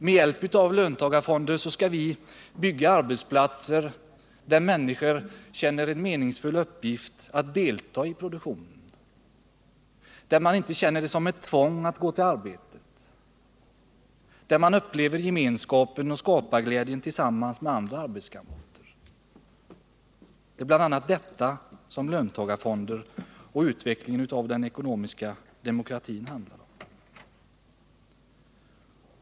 Med hjälp av löntagarfonder skall vi bygga arbetsplatser, där människor känner det som en meningsfull uppgift att delta i produktionen och där man inte känner det som ett tvång att gå till arbetet utan upplever gemenskap och skaparglädje tillsammans med arbetskamrater. Det är bl.a. detta som löntagarfonder och utvecklingen av den ekonomiska demokratin handlar om.